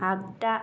आग्दा